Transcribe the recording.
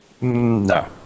No